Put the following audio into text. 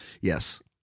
Yes